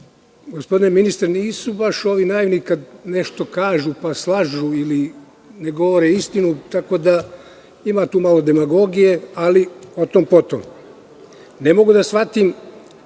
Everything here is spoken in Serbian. Gospodine ministre, nisu baš ovi naivni, kada nešto slažu i ne govore istinu, ima tu malo demagogije, ali o tom-potom. Ne mogu da shvatim